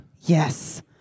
Yes